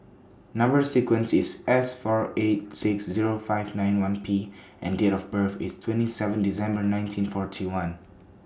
Number sequence IS S four eight six Zero five nine one P and Date of birth IS twenty seven December nineteen forty one